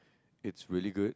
it's really good